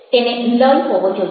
તેને લય હોવો જોઈએ